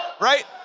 Right